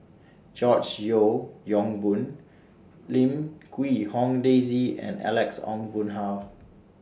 George Yeo Yong Boon Lim Quee Hong Daisy and Alex Ong Boon Hau